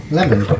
Lemon